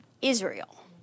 Israel